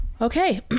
Okay